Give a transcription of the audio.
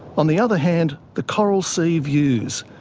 on the other hand, the coral sea views,